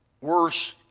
worse